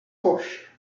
roches